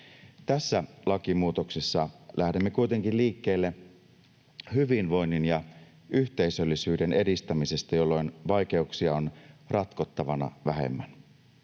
Tässä lakimuutoksessa lähdemme kuitenkin liikkeelle hyvinvoinnin ja yhteisöllisyyden edistämisestä, jolloin vaikeuksia on ratkottavana vähemmän.